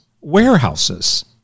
warehouses